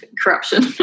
corruption